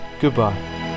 goodbye